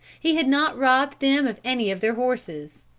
he had not robbed them of any of their horses.